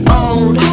old